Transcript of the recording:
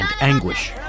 anguish